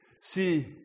See